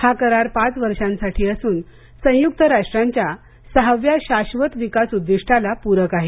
हा करार पाच वर्षांसाठी असून संयुक्त राष्ट्रांच्या सहाव्या शाश्वत विकास उद्दिष्टाला पूरक आहे